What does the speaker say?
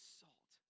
salt